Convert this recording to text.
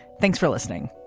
thanks for listening.